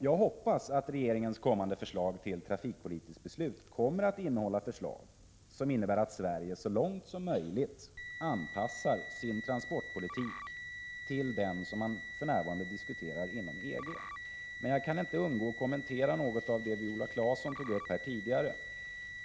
Jag hoppas att regeringens kommande förslag om trafikpolitiken kommer att innehålla förslag som innebär att Sverige så långt som möjligt anpassar sin transportpolitik till den som man för närvarande diskuterar inom EG. Men jag kan inte undgå att kommentera något av det som Viola Claesson tog upp här tidigare.